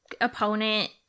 opponent